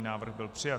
Návrh byl přijat.